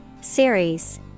Series